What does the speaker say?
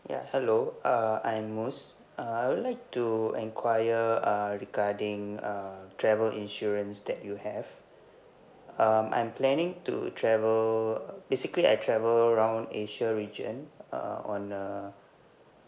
ya hello uh I'm mosse uh I would like to enquire uh regarding uh travel insurance that you have um I'm planning to travel basically I travel around asia region uh on a